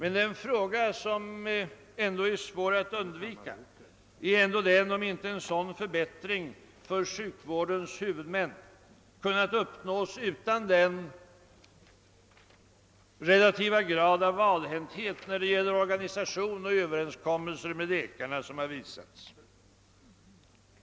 En fråga som är svår att undvika är den om inte en sådan förbättring för sjukvårdens huvudmän kunnat uppnås utan den relativa grad av valhänthet när det gäller organisation och överenskommelse med läkarna som visats.